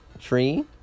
Tree